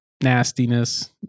nastiness